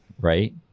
right